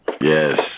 Yes